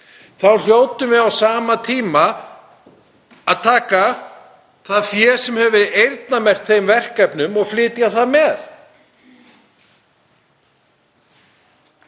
við hljótum á sama tíma að taka það fé sem hefur verið eyrnamerkt þeim verkefnum og flytja það með.